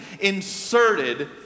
inserted